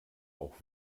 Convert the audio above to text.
auch